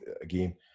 again